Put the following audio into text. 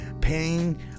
Pain